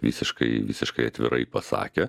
visiškai visiškai atvirai pasakė